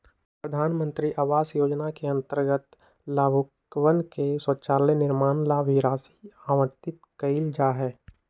प्रधान मंत्री आवास योजना के अंतर्गत लाभुकवन के शौचालय निर्माण ला भी राशि आवंटित कइल जाहई